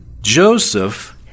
Joseph